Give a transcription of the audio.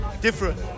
Different